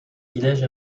villages